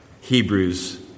Hebrews